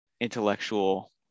intellectual